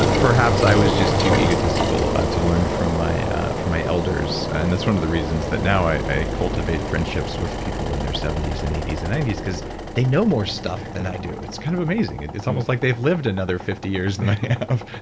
ah perhaps i was just too egotistical to learn from my from my elders and that's one of the reasons that now i cultivate friendships with people in their seventy s and eighty s and ninety s because they know more stuff than i do. it's kind of amazing. and it's almost like they've lived another fifty years than